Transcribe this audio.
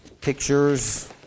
pictures